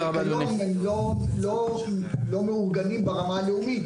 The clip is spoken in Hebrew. כיום הם לא מאורגנים ברמה הלאומית.